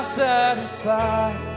satisfied